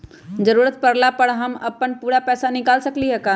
जरूरत परला पर हम अपन पूरा पैसा निकाल सकली ह का?